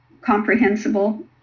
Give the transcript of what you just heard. comprehensible